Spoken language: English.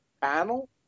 panel